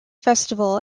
festival